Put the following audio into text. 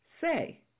Say